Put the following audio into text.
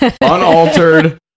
unaltered